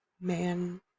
man